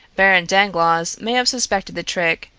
baron dangloss may have suspected the trick,